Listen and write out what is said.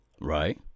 Right